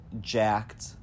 jacked